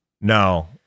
No